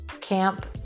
camp